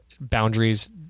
boundaries